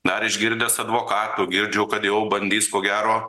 dar išgirdęs advokatų girdžiu kad jau bandys ko gero